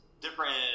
Different